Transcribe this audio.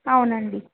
అవునండి